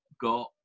got